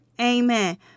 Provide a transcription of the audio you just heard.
Amen